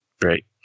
Great